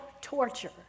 torture